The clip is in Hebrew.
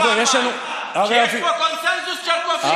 חבר'ה, יש לנו, יש פה קונסנזוס שכובשים.